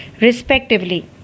respectively